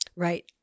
Right